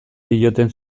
zioten